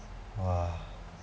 !wah!